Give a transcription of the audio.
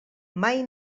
mai